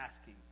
asking